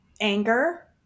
anger